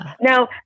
Now